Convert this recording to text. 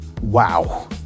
wow